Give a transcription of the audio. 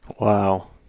Wow